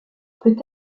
peut